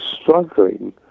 struggling